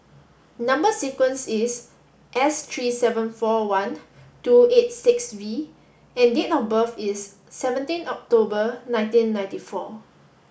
number sequence is S three seven four one two eight six V and date of birth is seventeen October nineteen ninety four